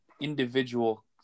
individual